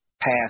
pass